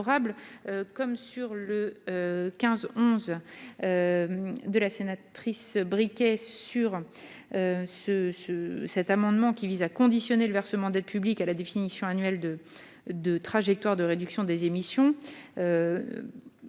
comme sur le 15 11 de la sénatrice briquet sur ce ce cet amendement qui vise à conditionner le versement d'aides publiques à la définition annuel de de trajectoire de réduction des émissions